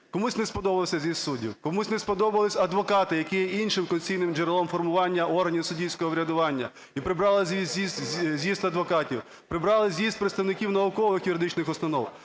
Комусь не сподобався з'їзд суддів, комусь не сподобались адвокати, які є іншим конституційним джерелом формування органів суддівського врядування, і прибрали з'їзд адвокатів. Прибрали з'їзд представників наукових юридичних установ.